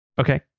Okay